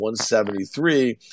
173